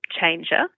changer